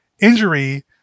Injury